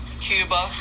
Cuba